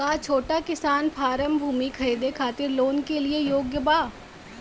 का छोटा किसान फारम भूमि खरीदे खातिर लोन के लिए योग्य बा?